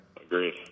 Agreed